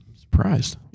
surprised